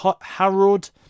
Harold